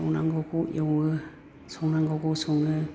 एवनांगौखौ एवो संनांगौखौ सङो